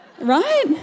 right